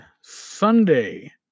Sunday